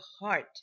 heart